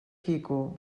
quico